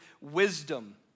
wisdom